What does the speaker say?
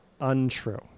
untrue